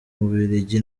bubiligi